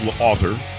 author